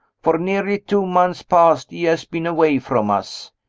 for nearly two months past he has been away from us.